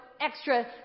extra